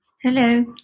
Hello